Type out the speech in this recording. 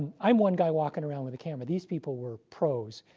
i'm one guy walking around with a camera. these people were pros.